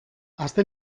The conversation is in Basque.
aste